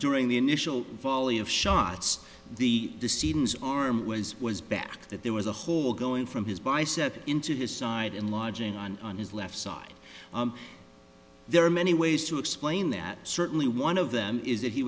during the initial volley of shots the the seedings arm was was back that there was a hole going from his bicep into his side enlarging on on his left side there are many ways to explain that certainly one of them is that he